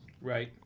right